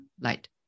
light